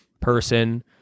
person